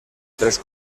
tres